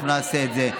אנחנו נעשה את זה,